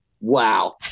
Wow